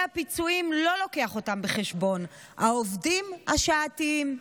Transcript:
הפיצויים לא מביא אותן בחשבון: העובדים השעתיים.